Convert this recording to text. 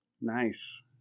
Nice